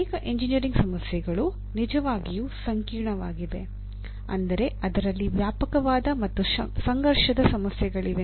ಅನೇಕ ಎಂಜಿನಿಯರಿಂಗ್ ಸಮಸ್ಯೆಗಳು ನಿಜವಾಗಿಯೂ ಸಂಕೀರ್ಣವಾಗಿವೆ ಅಂದರೆ ಅದರಲ್ಲಿ ವ್ಯಾಪಕವಾದ ಮತ್ತು ಸಂಘರ್ಷದ ಸಮಸ್ಯೆಗಳಿವೆ